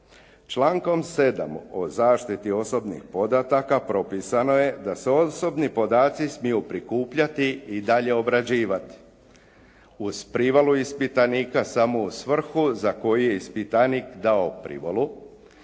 Člankom 7. o zaštiti osobnih podataka propisano je da se osobni podaci smiju prikupljati i dalje obrađivati. Uz privolu ispitanika samo u svrhu za koju je ispitanik kao privolu